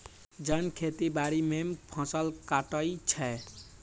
जन खेती बाड़ी में फ़सल काटइ छै